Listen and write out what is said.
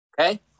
Okay